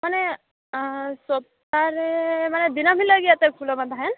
ᱢᱟᱱᱮ ᱥᱚᱯᱛᱟᱦᱚ ᱨᱮ ᱢᱟᱱᱮ ᱫᱤᱱᱟᱹᱢ ᱦᱤᱞᱳᱜ ᱜᱮ ᱮᱱᱛᱮᱫ ᱠᱷᱩᱞᱟᱹᱣ ᱢᱟ ᱛᱟᱦᱮᱱ